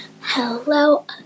Hello